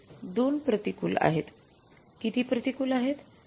हे दोन प्रतिकूल आहेत किती प्रतिकूल आहेत